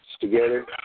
together